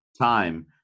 time